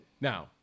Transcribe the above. Now